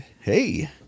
Hey